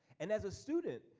and as a student,